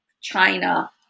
China